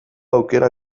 aukera